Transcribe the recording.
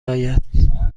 آید